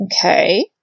Okay